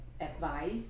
advice